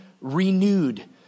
renewed